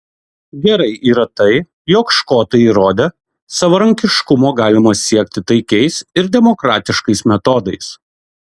gerai yra tai jog škotai įrodė savarankiškumo galima siekti taikiais ir demokratiškais metodais